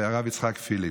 הרב יצחק פיליפ.